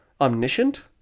omniscient